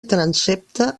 transsepte